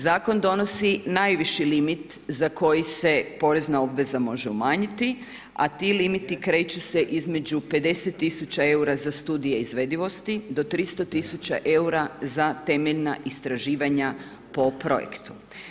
Zakon donosi najviši limit za koji se porezna obveza može umanjiti a ti limiti kreću se između 50 000 eura za studije izvedivosti do 300 000 eura za temeljna istraživanja po projektu.